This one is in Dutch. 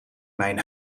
mijn